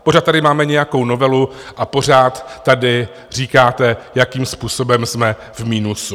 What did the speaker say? Pořád tady máme nějakou novelu a pořád tady říkáte, jakým způsobem jsme v minusu.